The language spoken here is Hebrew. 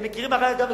הם מכירים, אגב.